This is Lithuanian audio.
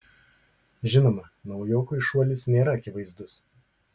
žinoma naujokui šuolis nėra akivaizdus